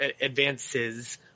advances